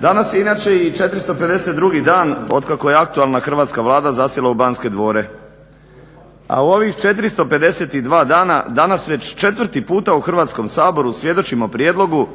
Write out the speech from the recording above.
Danas je inače i 452 dan otkako je aktualna Hrvatska vlada zasjela u Banske dvore, a u ovih 452 dana danas već 4 puta u Hrvatskom saboru svjedočimo prijedlogu